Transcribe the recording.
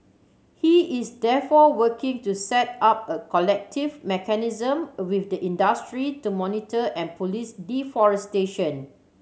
he is therefore working to set up a collective mechanism with the industry to monitor and police deforestation